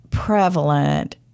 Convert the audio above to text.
prevalent